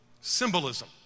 symbolism